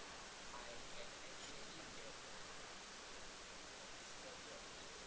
okay